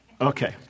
Okay